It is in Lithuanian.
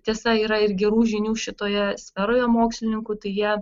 tiesa yra ir gerų žinių šitoje sferoje mokslininkų tai jie